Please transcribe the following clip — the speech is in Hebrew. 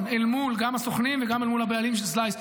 אל מול הסוכנים וגם הבעלים של סלייס,